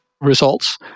results